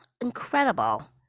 Incredible